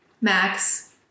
Max